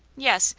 yes.